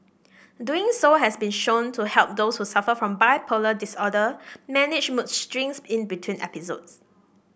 doing so has been shown to help those who suffer from bipolar disorder manage mood swings in between episodes